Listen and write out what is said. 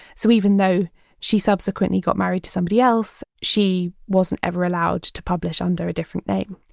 so even though she subsequently got married to somebody else, she wasn't ever allowed to publish under a different name.